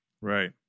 Right